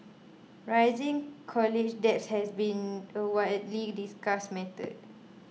rising college debt has been a widely discussed matter